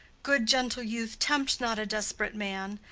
good gentle youth, tempt not a desp'rate man.